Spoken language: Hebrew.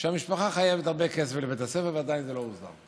שהמשפחה חייבת הרבה כסף לבית הספר ועדיין זה לא הוסדר.